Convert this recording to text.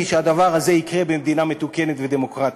שהדבר הזה יקרה במדינה מתוקנת ודמוקרטית: